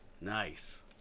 Nice